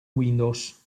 windows